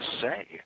say